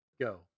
Go